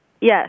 Yes